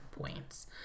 points